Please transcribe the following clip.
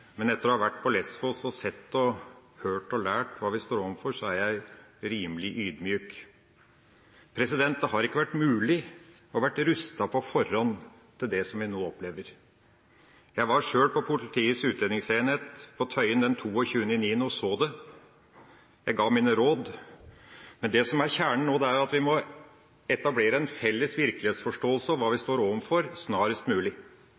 men etter å ha vært på Lésvos og sett og hørt og lært hva vi står overfor, er jeg rimelig ydmyk. Det har ikke vært mulig å være rustet på forhånd til det som vi nå opplever. Jeg var sjøl på Politiets utlendingsenhet på Tøyen 22. september og så det. Jeg ga mine råd, men det som er kjernen nå, er at vi må etablere en felles virkelighetsforståelse om hva vi står overfor, snarest mulig.